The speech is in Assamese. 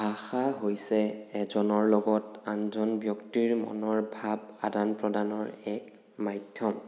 ভাষা হৈছে এজনৰ লগত আনজন ব্য়ক্তিৰ মনৰ ভাৱ আদান প্ৰদানৰ এক মাধ্য়ম